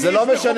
איש מכובד.